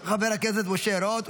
של חבר הכנסת משה רוט,